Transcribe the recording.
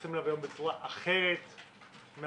שמתייחסים אליו היום בצורה אחרת מהאופן